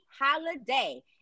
holiday